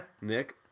Nick